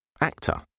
actor